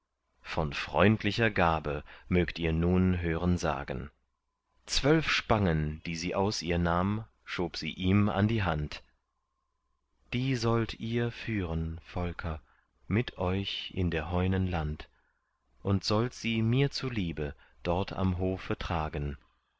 von freundlicher gabe mögt ihr nun hören sagen zwölf spangen die sie aus ihr nahm schob sie ihm an die hand die sollt ihr führen volker mit euch in der heunen land und sollt sie mir zuliebe dort am hofe tragen